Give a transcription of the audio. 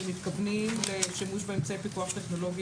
אתם מתכוונים לשימוש באמצעי פיקוח טכנולוגי